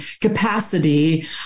capacity